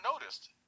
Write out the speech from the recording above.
noticed